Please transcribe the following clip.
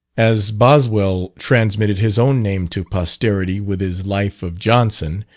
as boswell transmitted his own name to posterity with his life of johnson,